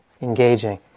Engaging